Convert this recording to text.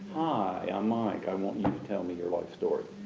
i'm mike. i want you to tell me your life story.